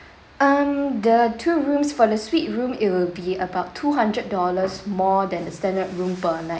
um the two rooms for the suite room it will be about two hundred dollars more than the standard room per night